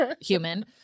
human